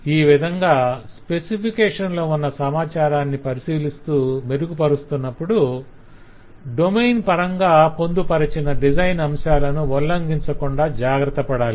ఈ విధంగా స్పెసిఫికేషన్ లో ఉన్న సమాచారాన్ని పరిశీలిస్తూ మెరుగుపరుస్తున్నప్పుడు డొమైన్ పరంగా పొందుపరచిన డిజైన్ అంశాలను ఉల్లంఘించకుండా జాగ్రత్తపడాలి